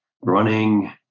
running